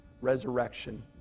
resurrection